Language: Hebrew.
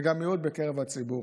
וגם מיעוט בקרב הציבור.